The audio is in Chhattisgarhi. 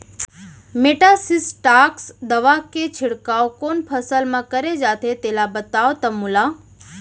मेटासिस्टाक्स दवा के छिड़काव कोन फसल म करे जाथे तेला बताओ त मोला?